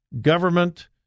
government